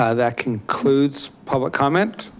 ah that concludes public comment.